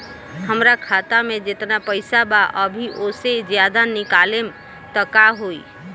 हमरा खाता मे जेतना पईसा बा अभीओसे ज्यादा निकालेम त का होई?